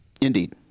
Indeed